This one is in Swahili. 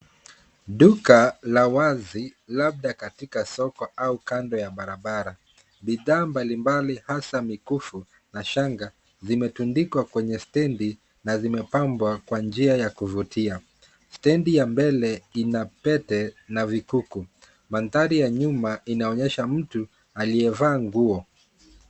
Duka la wazi labda katika soko au kando ya barabara, bidhaa mbalimbali hasa mikufu na shanga zimetundikwa kwenye stendi na zimepambwa kwa njia ya kuvutia. Stendi ya mbele ina pete na vikuku. Mandhari ya nyuma inaonesha mtua liyevaa nguo.